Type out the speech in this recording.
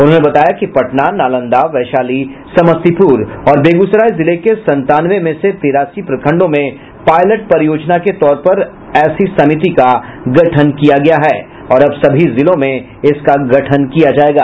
उन्होंने बताया कि पटना नालंदा वैशाली समस्तीपुर और बेगूसराय जिले के संतानवे में से तिरासी प्रखंडों में पायलट परियोजना के तौर पर ऐसी समिति का गठन किया गया है और अब सभी जिलों में इसका गठन किया जाएगा